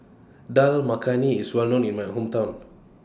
Dal Makhani IS Well known in My Hometown